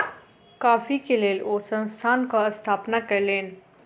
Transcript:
coffee के लेल ओ संस्थानक स्थापना कयलैन